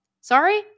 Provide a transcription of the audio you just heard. Sorry